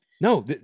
No